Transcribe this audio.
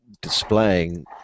displaying